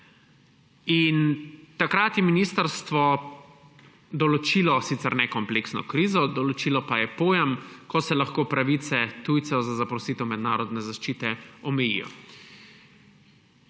Takrat je ministrstvo določilo sicer ne kompleksne krize, določilo pa je pojem, ko se lahko pravice tujcev za zaprosite mednarodne zaščite omejijo.